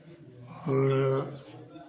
और